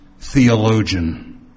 theologian